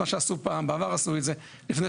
חובה על גורמי קובעי המדיניות לפעול ללא